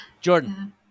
Jordan